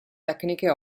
tecniche